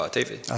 David